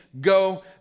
go